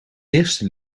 eerste